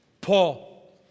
Paul